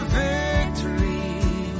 victory